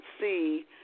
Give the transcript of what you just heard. see